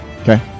Okay